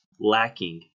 lacking